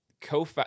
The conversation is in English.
Co